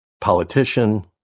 politician